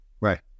Right